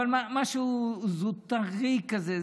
אבל משהו אזוטרי כזה,